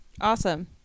awesome